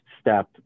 step